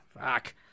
Fuck